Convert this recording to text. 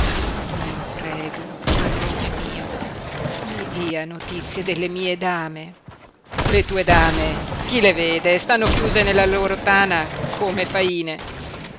don predu padrone mio mi dia notizie delle mie dame le tue dame chi le vede stanno chiuse nella loro tana come faine